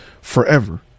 forever